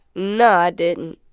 no, i didn't.